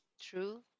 True